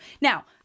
Now